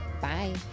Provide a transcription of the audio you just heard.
Bye